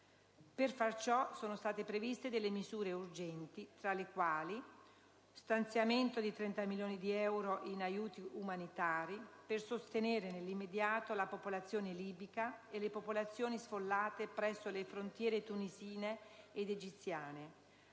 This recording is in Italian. Per fare ciò, sono state previste delle misure urgenti, tra le quali uno stanziamento di 30 milioni di euro in aiuti umanitari per sostenere nell'immediato la popolazione libica e le popolazioni sfollate presso le frontiere tunisine ed egiziane;